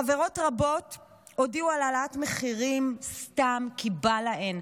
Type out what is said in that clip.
חברות רבות הודיעו על העלאת מחירים סתם כי בא להן.